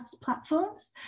platforms